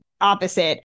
opposite